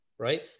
Right